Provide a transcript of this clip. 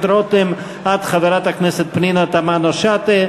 רותם עד חברת הכנסת פנינה תמנו-שטה,